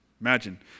Imagine